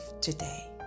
today